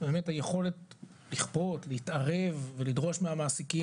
על היכולת לכפות או להתערב ולדרוש מהמעסיקים